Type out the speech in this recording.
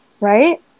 Right